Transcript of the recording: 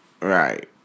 right